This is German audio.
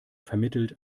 vermittelt